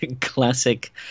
classic